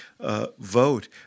vote